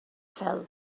fel